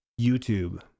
YouTube